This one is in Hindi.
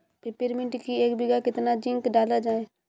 पिपरमिंट की एक बीघा कितना जिंक डाला जाए?